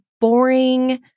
boring